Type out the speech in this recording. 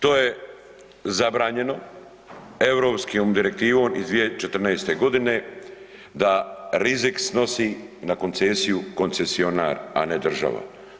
To je zabranjeno, europskom direktivom iz 2014. g. da rizik snosi na koncesiju koncesionar a ne država.